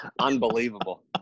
unbelievable